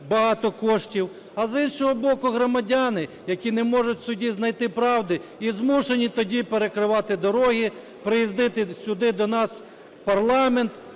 багато коштів, а з іншого боку громадяни, які не можуть у суді знайти правди і змушені тоді перекривати дороги, приїздити сюди до нас в парламент